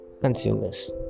consumers